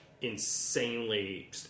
insanely